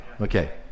okay